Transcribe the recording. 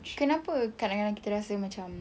kenapa kadang-kadang kita rasa macam